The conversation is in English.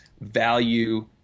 value